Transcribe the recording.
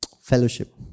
Fellowship